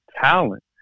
talent